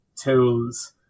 tools